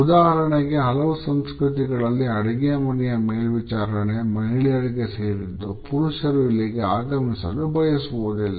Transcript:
ಉದಾಹರಣೆಗೆ ಹಲವು ಸಂಸ್ಕೃತಿಗಳಲ್ಲಿ ಅಡುಗೆಮನೆಯ ಮೇಲ್ವಿಚಾರಣೆ ಮಹಿಳೆಯರಿಗೆ ಸೇರಿದ್ದು ಪುರುಷರು ಇಲ್ಲಿಗೆ ಆಗಮಿಸಲು ಬಯಸುವುದಿಲ್ಲ